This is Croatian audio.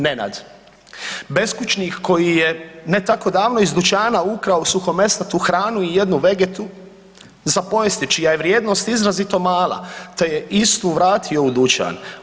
Nenad, beskućnik koji je ne tako davno iz dućana ukrao suhomesnatu hranu i jednu Vegetu za pojesti čija je vrijednost izrazito mala te je istu vratio u dućan.